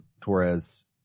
Torres